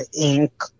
ink